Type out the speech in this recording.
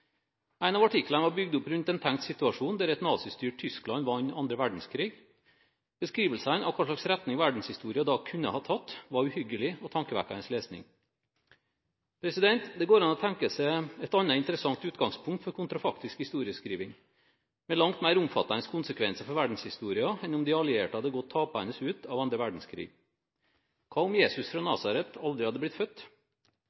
en setter som forutsetning at en viktig historisk begivenhet fikk et annet utfall enn det som faktisk skjedde, og at en prøver å analysere hvilken retning verdenshistorien eventuelt ville ha tatt med en slik endret forutsetning. En av artiklene var bygd opp rundt en tenkt situasjon, der et nazistyrt Tyskland vant annen verdenskrig. Beskrivelsene av hvilken retning verdenshistorien da kunne ha tatt, var uhyggelig og tankevekkende lesning. Det går an å tenke seg et annet interessant utgangspunkt for kontrafaktisk